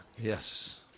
Yes